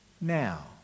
now